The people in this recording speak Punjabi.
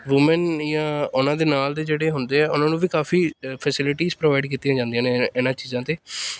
ਵੂਮੈਨ ਜਾਂ ਉਹਨਾਂ ਦੇ ਨਾਲ ਦੇ ਜਿਹੜੇ ਹੁੰਦੇ ਆ ਉਹਨਾਂ ਨੂੰ ਵੀ ਕਾਫੀ ਫੈਸਿਲਿਟੀ ਪ੍ਰੋਵਾਈਡ ਕੀਤੀਆਂ ਜਾਂਦੀਆਂ ਨੇ ਇਹਨਾਂ ਚੀਜ਼ਾਂ 'ਤੇ